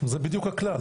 זה בדיוק הכלל.